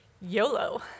YOLO